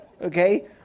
okay